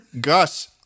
Gus